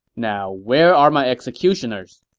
now where are my executioner's?